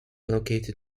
located